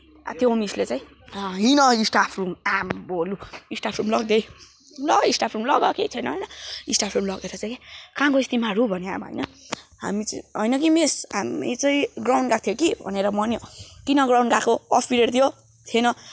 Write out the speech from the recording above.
त्यो मिसले चाहिँ हिँड स्टाफ रुम आम्मै हो लु स्टाफ रुम लगिदियो है लग्यो स्टाफ रुम लग्यो केही छैन होइन स्टाफ रुम लगेर चाहिँ के कहाँ गइस तिमीहरू भन्यो अब होइन हामी चाहिँ होइन कि मिस हामी चाहिँ ग्राउन्ड गएको थियो कि भनेर भन्यो किन ग्राउन्ड गएको अफ पिरियड थियो थिएन